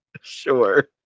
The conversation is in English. Sure